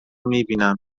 میبینم